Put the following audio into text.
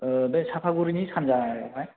बे चापागुरिनि सानजायावहाय